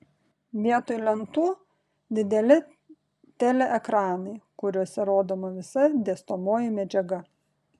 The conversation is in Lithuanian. vietoj lentų dideli teleekranai kuriuose rodoma visa dėstomoji medžiaga